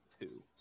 two